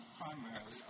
primarily